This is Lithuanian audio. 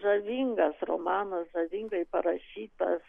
žavingas romanas žavingai parašytas